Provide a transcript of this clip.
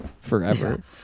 forever